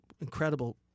incredible